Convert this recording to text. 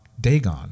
Dagon